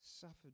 suffered